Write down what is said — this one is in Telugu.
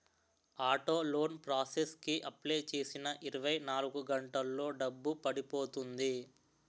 ఆటో లోన్ ప్రాసెస్ కి అప్లై చేసిన ఇరవై నాలుగు గంటల్లో డబ్బు పడిపోతుంది